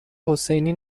حسینی